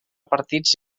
partits